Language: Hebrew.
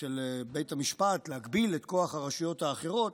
של בית המשפט להגביל את כוח הרשויות האחרות,